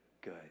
good